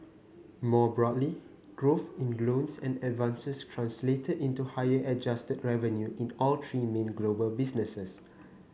more broadly growth in loans and advances translated into higher adjusted revenue in all three main global businesses